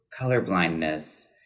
colorblindness